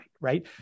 right